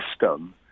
system